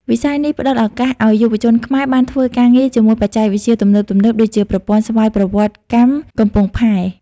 វិស័យនេះផ្តល់ឱកាសឱ្យយុវជនខ្មែរបានធ្វើការងារជាមួយបច្ចេកវិទ្យាទំនើបៗដូចជា ប្រព័ន្ធស្វ័យប្រវត្តិកម្មកំពង់ផែ។